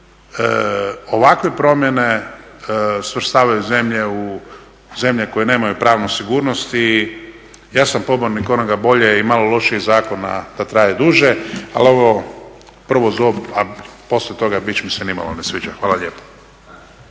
ovakve promjene svrstavaju zemlje u zemlje koje nemaju pravnu sigurnost i ja sam pobornik onoga boljeg i malo lošijeg zakona da traje duže, ali evo, prvo …, a poslije toga … ne sviđa. Hvala lijepo.